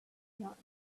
not